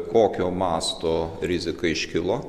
kokio masto rizika iškilo